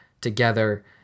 together